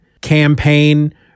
campaign